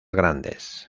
grandes